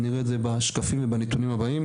ונראה את זה בשקפים ובנתונים הבאים.